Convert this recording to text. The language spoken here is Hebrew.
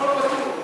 הכול פתור.